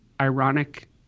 ironic